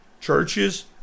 churches